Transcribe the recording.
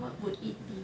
what would it be